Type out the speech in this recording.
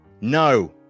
no